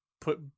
put